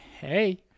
Hey